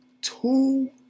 two